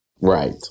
Right